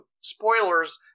spoilers